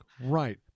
Right